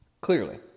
Clearly